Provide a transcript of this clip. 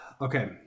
Okay